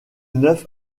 neuf